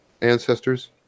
ancestors